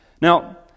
Now